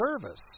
service